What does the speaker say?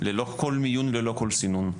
ללא כל מיון וללא כל סינון,